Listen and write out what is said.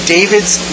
David's